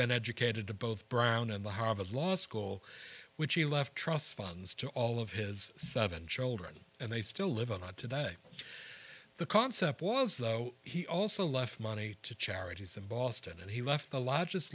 been educated to both brown and the harvard law school which he left trust funds to all of his seven children and they still live on it today the concept was that he also left money to charities in boston and he left the la